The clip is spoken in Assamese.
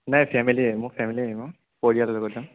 নাই ফেমিলীয়ে মোৰ ফেমিলী আহিব পৰিয়ালৰ লগত যাম